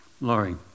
Laurie